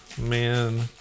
Man